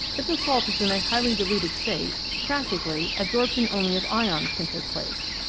if the salt is in a highly diluted state practically adsorption only of ions can take place.